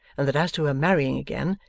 and that as to her marrying again,